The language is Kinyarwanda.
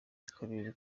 bw’akarere